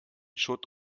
schutt